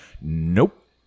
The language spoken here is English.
Nope